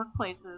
workplaces